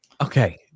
Okay